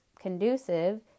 conducive